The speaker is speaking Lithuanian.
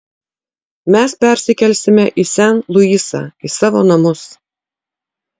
mes persikelsime į sen luisą į savo namus